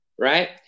Right